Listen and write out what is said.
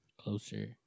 Closer